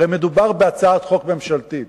הרי מדובר בהצעת חוק ממשלתית.